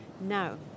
Now